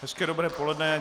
Hezké dobré poledne.